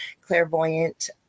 clairvoyant